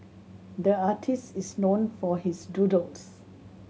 the artist is known for his doodles